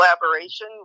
collaboration